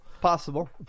Possible